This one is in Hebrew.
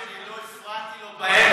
מפאת הכבוד שלי לא הפרעתי לו באמצע,